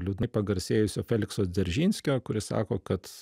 liūdnai pagarsėjusio felikso dzeržinskio kuris sako kad